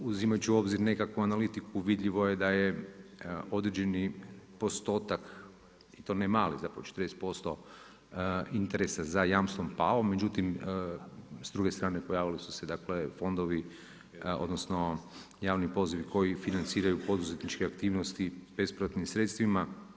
Uzimajući u obzir nekakvu analitiku, vidljivo je da je određeni postotak, i to ne mali, zapravo 40% interesa za jamstvom pao, međutim s druge strane pojavili su se fondovi, odnosno javni pozivi koji financiraju poduzetničke aktivnosti bespovratnim sredstvima.